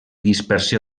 dispersió